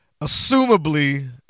assumably